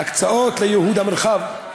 והקצאות לייהוד המרחב.